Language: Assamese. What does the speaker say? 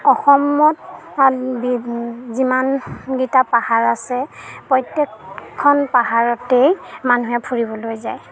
অসমত যিমানকেইটা পাহাৰ আছে প্ৰত্যেকখন পাহাৰতেই মানুহে ফুৰিবলৈ যায়